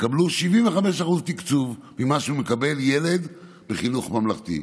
יקבלו 75% ממה שמקבל ילד בחינוך ממלכתי.